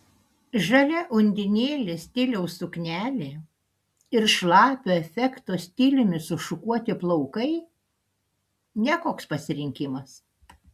žalia undinėlės stiliaus suknelė ir šlapio efekto stiliumi sušukuoti plaukai ne koks pasirinkimas